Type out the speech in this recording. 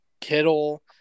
Kittle